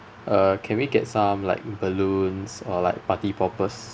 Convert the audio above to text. uh can we get some like balloons or like party poppers